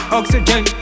oxygen